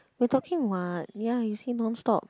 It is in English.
we are talking what ya you say non-stop